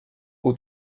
aux